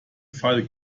fall